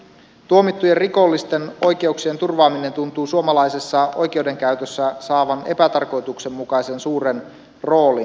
tuomittujen rikollisten oikeuksien turvaaminen tuntuu suomalaisessa oikeudenkäytössä saavan epätarkoituksenmukaisen suuren roolin